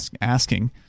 asking